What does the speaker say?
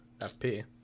FP